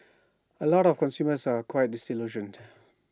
A lot of consumers are quite disillusioned